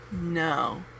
No